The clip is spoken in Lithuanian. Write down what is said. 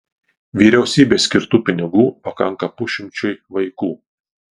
vyriausybės skirtų pinigų pakanka pusšimčiui vaikų